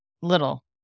little